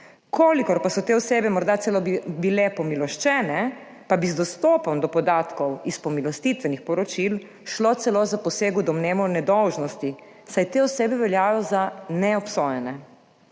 kolikor pa so te osebe morda celo bile pomiloščene, pa bi z dostopom do podatkov iz pomilostitvenih poročil šlo celo za poseg v domnevo nedolžnosti, saj te osebe veljajo za neobsojene.